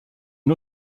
une